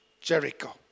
Jericho